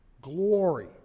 glory